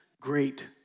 great